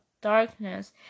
darkness